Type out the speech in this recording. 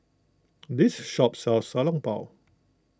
this shop sells Xiao Long Bao